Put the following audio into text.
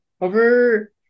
over